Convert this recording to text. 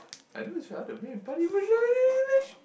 I know it's very hard to make